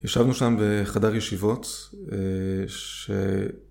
ישבנו שם בחדר ישיבות, ש...